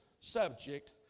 subject